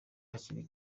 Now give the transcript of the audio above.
hakiri